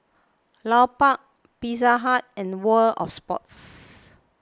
Lupark Pizza Hut and World of Sports